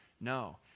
No